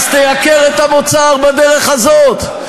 אז תייקר את המוצר בדרך הזאת,